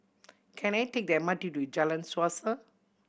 can I take the M R T to Jalan Suasa